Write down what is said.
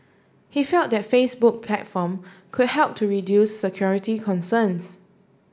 he felt the Facebook platform could help to reduce security concerns